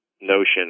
notion